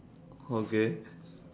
okay